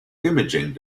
imaging